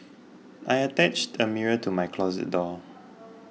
I attached a mirror to my closet door